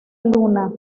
luna